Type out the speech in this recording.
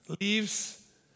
Leaves